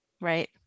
Right